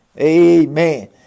Amen